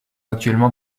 actuellement